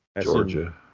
Georgia